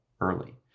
early